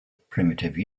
primitive